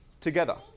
together